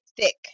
thick